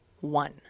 one